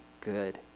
good